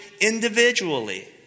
individually